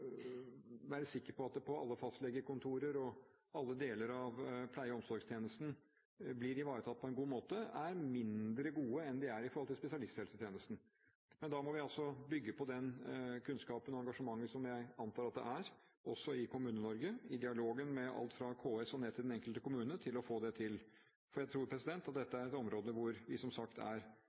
være sikker på at det blir ivaretatt på en god måte på alle fastlegekontorer og i alle deler av pleie- og omsorgstjenesten er mindre gode enn de er i forhold til spesialisthelsetjenesten. Da må vi bygge på den kunnskapen og det engasjementet jeg antar også finnes i Kommune-Norge, i dialogen med alt fra KS og til den enkelte kommune, for å få det til. Jeg tror at dette er et område hvor vi, som sagt, er